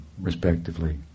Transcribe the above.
respectively